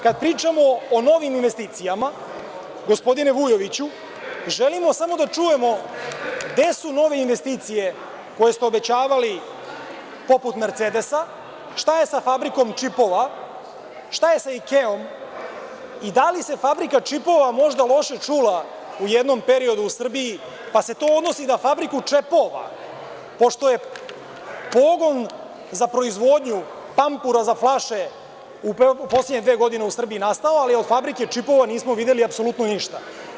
Kada pričamo o novim investicijama, gospodine Vujoviću, želimo samo da čujemo gde su nove investicije koje ste obećavali poput Mercedesa, šta je fabrikom čipova, šta je sa Ikeom i da li se fabrika čipova možda loše čula u jednom periodu u Srbiji, pa se to odnosi na fabriku čepova, pošto je pogon za proizvodnju pampura za flaše u poslednje dve godine u Srbiji nastala, ali od fabrike čipova nismo videli apsolutno ništa.